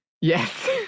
Yes